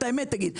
את האמת תגיד.